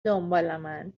دنبالمن